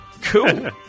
Cool